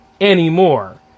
anymore